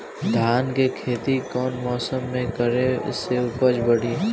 धान के खेती कौन मौसम में करे से उपज बढ़ी?